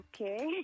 Okay